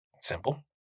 Simple